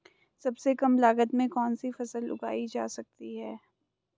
सबसे कम लागत में कौन सी फसल उगाई जा सकती है